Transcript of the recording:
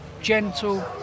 gentle